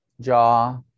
jaw